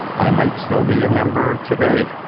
i might still be a member today,